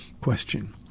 question